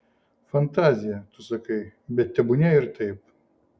fantazija tu sakai bet tebūnie ir taip